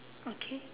okay